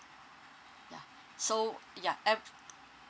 yeah so yeah